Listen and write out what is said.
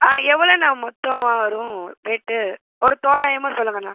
ஆ எவ்வளோண்ணா மொத்தம் வரும் ரேட்டு ஒரு தோராயமாக சொல்லுங்கண்ணா